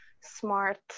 smart